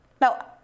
Now